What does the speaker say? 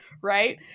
right